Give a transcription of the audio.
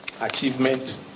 achievement